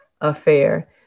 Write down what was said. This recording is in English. affair